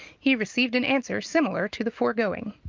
he received an answer similar to the foregoing.